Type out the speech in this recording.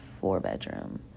four-bedroom